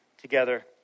together